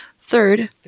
Third